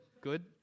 Good